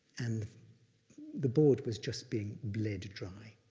and the board was just being bled dry.